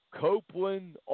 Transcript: Copeland